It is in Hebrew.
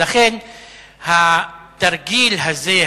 ולכן התרגיל הזה,